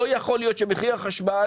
לא יכול להיות שמחיר החשמל